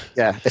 yeah,